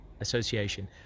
association